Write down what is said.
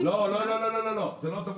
לא, זה לא אותו מונח.